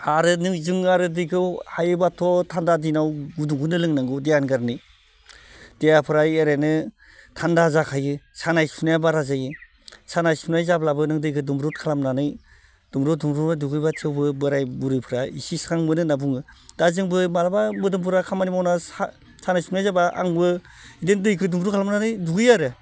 आरो जोङो आरो दैखौ हायोबाथ' थान्दा दिनाव गुदुंखौनो लोंनांगौ देहानि खारनै देहाफोरा एरैनो थान्दा जाखायो सानाय सुनाया बारा जायो सानाय सुनाय जायोब्लाबो नों दैखौ दुंब्रुद खालामनानै दुंब्रुद दुंब्रुदयै दुगैबा थेवबो बोराइ बुरैफ्रा इसे स्रां मोनो होनना बुङो दा जोंबो मालाबा मोदोमफोरा खामानि मावना सानाय सुनाय जाबा आंबो बिदिनो दैखो दुंब्रुद खालामनानै दुगैयो आरो